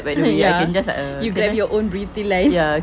ya you have your own beauty line